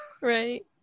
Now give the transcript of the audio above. Right